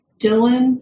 Dylan